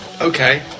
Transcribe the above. Okay